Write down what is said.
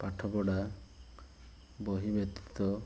ପାଠପଢ଼ା ବହି ବ୍ୟତୀତ